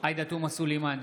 עאידה תומא סלימאן,